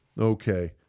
Okay